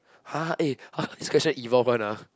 !huh! eh !huh! this question evolve one lah